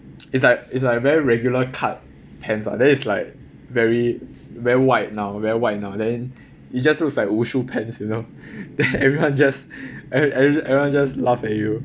it's like it's like very regular cut pants lah then it's like very very wide now very wide now then it just looks like wushu pants you know then everyone just every~ everyone just laugh at you